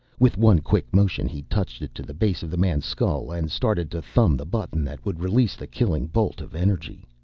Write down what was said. with one quick motion he touched it to the base of the man's skull and started to thumb the button that would release the killing bolt of energy.